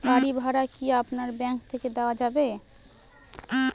বাড়ী ভাড়া কি আপনার ব্যাঙ্ক থেকে দেওয়া যাবে?